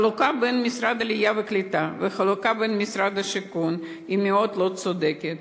החלוקה בין משרד העלייה והקליטה ובין משרד השיכון היא מאוד לא צודקת.